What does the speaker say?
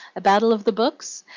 a battle of the books?